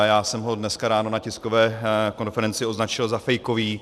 Já jsem ho dneska ráno na tiskové konferenci označil za fejkový.